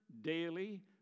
daily